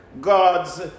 God's